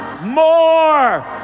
more